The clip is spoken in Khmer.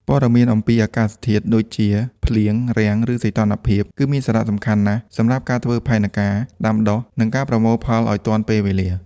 ព័ត៌មានអំពី អាកាសធាតុ ដូចជាភ្លៀង រាំង ឬសីតុណ្ហភាព គឺមានសារៈសំខាន់ណាស់សម្រាប់ការធ្វើផែនការដាំដុះ និងការប្រមូលផលឱ្យទាន់ពេលវេលា។